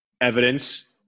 evidence